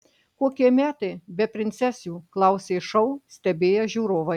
kokie metai be princesių klausė šou stebėję žiūrovai